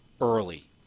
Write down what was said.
early